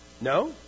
No